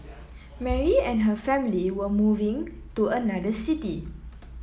Mary and her family were moving to another city